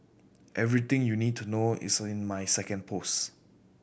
everything you need to know is in my second post